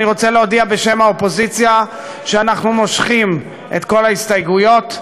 אני רוצה להודיע בשם האופוזיציה שאנחנו מושכים את כל ההסתייגויות,